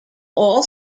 all